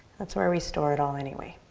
that's where we store it all anyway.